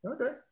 Okay